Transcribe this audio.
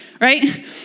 right